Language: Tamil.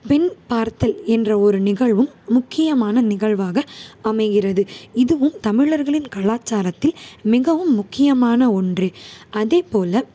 பெண் பார்த்தல் என்ற ஒரு நிகழ்வும் முக்கியமான நிகழ்வாக அமைகிறது இதுவும் தமிழர்களின் கலாச்சாரத்தில் மிகவும் முக்கியமான ஒன்று அதேப்போல்